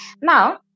Now